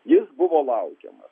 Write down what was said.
jis buvo laukiamas